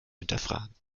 hinterfragen